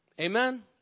Amen